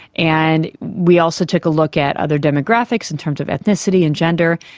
and we also took a look at other demographics in terms of ethnicity and gender,